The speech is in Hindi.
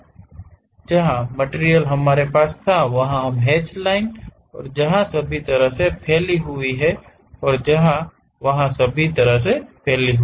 तो वह मटिरियल जो हमारे पास है वह इन हैचड लाइन्स है और जो वहां सभी तरह से फैली हुई है और जो वहां सभी तरह से फैली हुई है